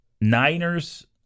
Niners